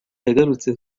yagarutse